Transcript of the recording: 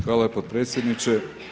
Hvala potpredsjedniče.